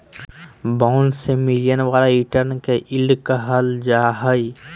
bond से मिलय वाला रिटर्न के यील्ड कहल जा हइ